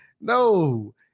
No